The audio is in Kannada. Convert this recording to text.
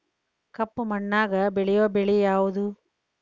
ಕಪ್ಪು ಮಣ್ಣಾಗ ಬೆಳೆಯೋ ಬೆಳಿ ಯಾವುದು?